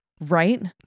Right